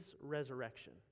resurrection